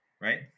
right